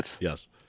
yes